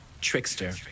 Trickster